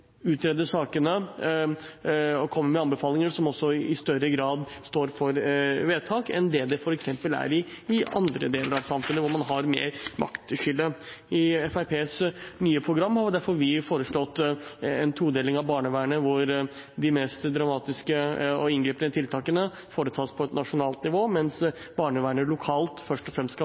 sakene og kommer med anbefalinger, og som også i større grad står for vedtak enn det det f.eks. er i andre deler av samfunnet, hvor man har et større maktskille. I Fremskrittspartiets nye program har vi derfor foreslått en todeling av barnevernet, hvor de mest dramatiske og inngripende tiltakene foretas på et nasjonalt nivå, mens barnevernet lokalt først og fremst skal